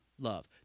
love